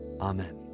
Amen